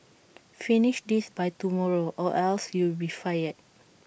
finish this by tomorrow or else you'll be fired